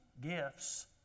gifts